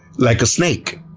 like a snake,